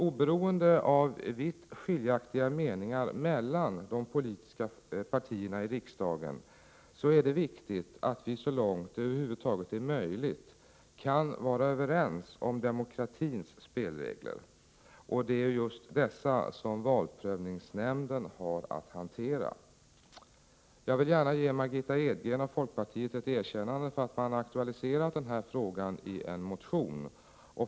Oavsett vitt skiljaktiga meningar mellan de politiska partierna i riksdagen är det viktigt att vi så långt det över huvud taget är möjligt kan vara överens om demokratins spelregler. Och det är just dessa som valprövningsnämnden har att hantera. Jag vill gärna ge Margitta Edgren och folkpartiet ett erkännande för att man aktualiserat denna fråga i en motion.